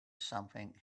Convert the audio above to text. something